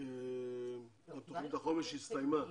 תוכנית החומש הסתיימה.